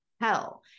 hell